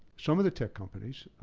some of the tech companies,